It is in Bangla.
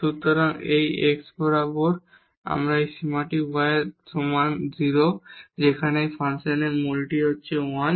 সুতরাং এই x বরাবর এই সীমাটি y এর সমান 0 যেখানে এই ফাংশনের মূলটি 1